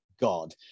God